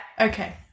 Okay